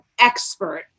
expert